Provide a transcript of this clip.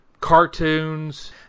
cartoons